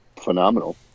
phenomenal